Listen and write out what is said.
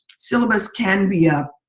syllabus can be a